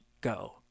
go